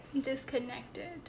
disconnected